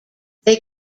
they